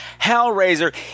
Hellraiser